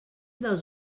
dels